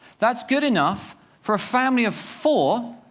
that's good enough for a family of four,